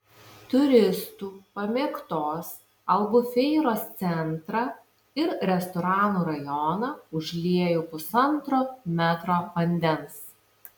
turistų pamėgtos albufeiros centrą ir restoranų rajoną užliejo pusantro metro vandens